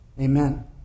Amen